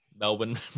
Melbourne